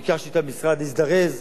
ביקשתי שהמשרד יזדרז,